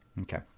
okay